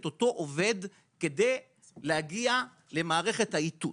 אותו עובד כדי להגיע למערכת האיתות?